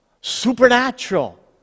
supernatural